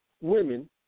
women